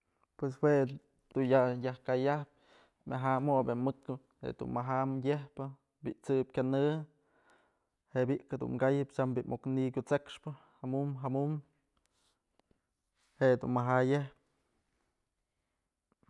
Pues jue dun ya yaj kayap myaja mop je'e mëk jedun maja yejpë bi'i t'sëp kanë jebik dun kayëptyam bi'i muk ni'iy kusekxpë jamun jamun je'e dun maja yëjpë.